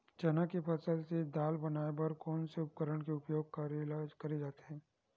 चना के फसल से दाल बनाये बर कोन से उपकरण के उपयोग करे जाथे?